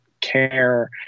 care